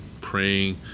praying